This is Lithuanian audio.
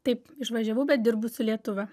taip išvažiavau bet dirbu su lietuva